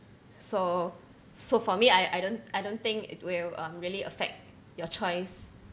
so so for me I I don't I don't think it will um really affect your choice